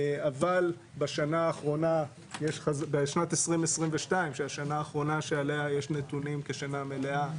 אבל בשנת 2022 שהשנה האחרונה שעליה יש נתונים כשנה מלאה,